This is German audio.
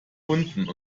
unten